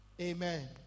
Amen